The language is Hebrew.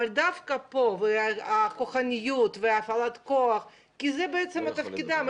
אבל דווקא פה הכוחניות והפעלת הכוח שזה בעצם תפקידם,